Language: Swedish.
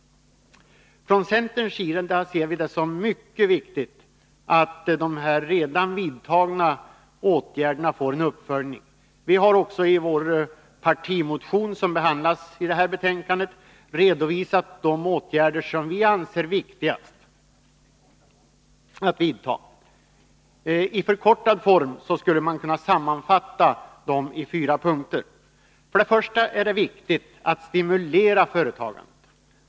Från centerns sida ser vi det som mycket viktigt att de redan tidigare vidtagna åtgärderna får en uppföljning. Vi har också i vår partimotion, som behandlas i detta betänkande, redovisat de åtgärder som vi anser viktigast att vidta. I förkortad form skulle de kunna sammanfattas i fyra punkter: För det första är det viktigt att stimulera företagandet.